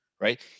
right